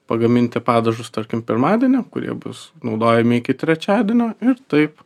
pagaminti padažus tarkim pirmadienį kurie bus naudojami iki trečiadienio ir taip